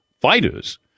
fighters